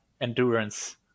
endurance